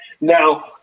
Now